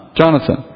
Jonathan